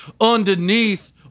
underneath